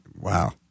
wow